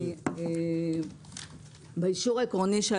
(שקף: האישור העקרוני החדש).